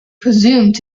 presumed